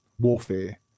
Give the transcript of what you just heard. warfare